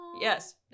Yes